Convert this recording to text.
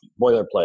boilerplate